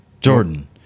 Jordan